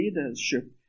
leadership